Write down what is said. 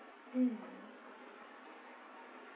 mm